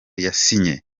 yasinye